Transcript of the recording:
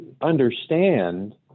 understand